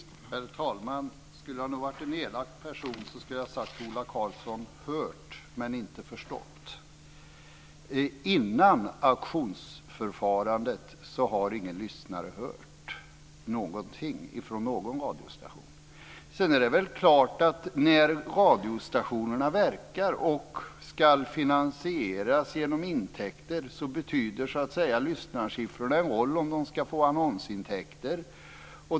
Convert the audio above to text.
Herr talman! Skulle jag ha varit en elak person hade jag sagt att Ola Karlsson hade hört med inte förstått. Innan auktionsförfarandet har ingen lyssnare hört någonting från någon radiostation. När radiostationerna verkar och ska finansieras med intäkter spelar lyssnarsiffrorna en roll om de ska få annonsintäkter.